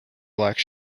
black